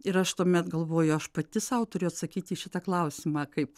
ir aš tuomet galvoju aš pati sau turiu atsakyti į šitą klausimą kaip